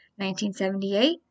1978